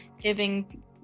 giving